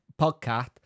podcast